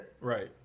Right